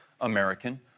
American